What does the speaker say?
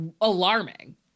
Alarming